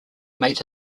made